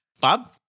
Bob